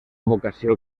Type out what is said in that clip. vocació